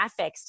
graphics